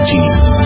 Jesus